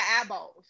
eyeballs